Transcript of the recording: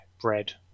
bread